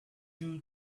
you